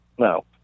No